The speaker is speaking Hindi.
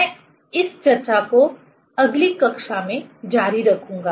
मैं इस चर्चा को अगली कक्षा में जारी रखूंगा